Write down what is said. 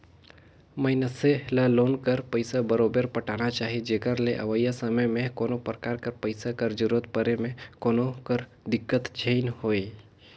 मइनसे ल लोन कर पइसा बरोबेर पटाना चाही जेकर ले अवइया समे में कोनो परकार कर पइसा कर जरूरत परे में कोनो कर दिक्कत झेइन होए